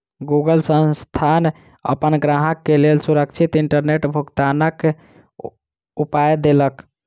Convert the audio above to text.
Google संस्थान अपन ग्राहक के लेल सुरक्षित इंटरनेट भुगतनाक उपाय देलक